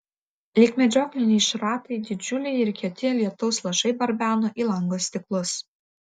lyg medžiokliniai šratai didžiuliai ir kieti lietaus lašai barbeno į lango stiklus